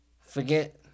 forget